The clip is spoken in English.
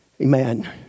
amen